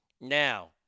Now